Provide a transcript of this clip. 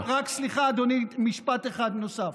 סליחה, אדוני, משפט אחד נוסף.